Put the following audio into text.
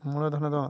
ᱢᱩᱲᱫᱷᱚᱱᱚ ᱫᱚ